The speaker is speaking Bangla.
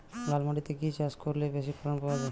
লাল মাটিতে কি কি চাষ করলে বেশি ফলন পাওয়া যায়?